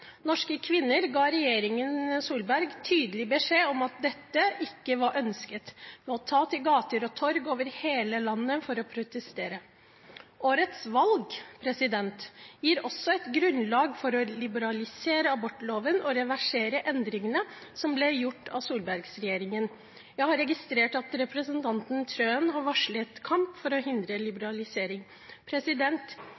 Norske kvinner ga regjeringen Solberg tydelig beskjed om at dette ikke var ønsket, ved å ta til gater og torg over hele landet for å protestere. Årets valg gir også et grunnlag for å liberalisere abortloven og reversere endringene som ble gjort av Solberg-regjeringen. Jeg har registrert at representanten Wilhelmsen Trøen har varslet kamp for å hindre